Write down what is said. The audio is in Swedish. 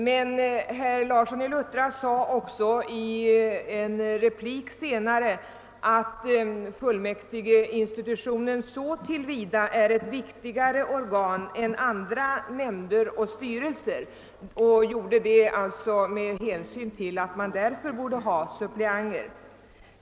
Herr Larsson i Luttra sade i en replik senare, att fullmäktige är ett viktigare organ än kommunens nämnder och styrelser och menade att det därför borde finnas suppleanter.